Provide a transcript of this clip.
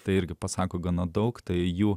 tai irgi pasako gana daug tai jų